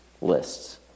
lists